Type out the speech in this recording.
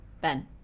Ben